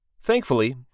Thankfully